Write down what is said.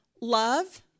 love